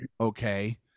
okay